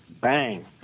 bang